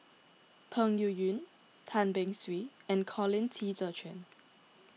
Peng Yuyun Tan Beng Swee and Colin Qi Zhe Quan